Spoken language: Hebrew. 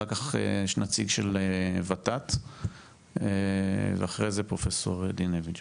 אחר כך נציג של ות"ת ואחרי זה פרופסור דינביץ'.